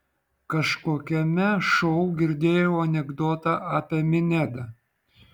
kažkokiame šou girdėjau anekdotą apie minedą